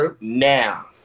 Now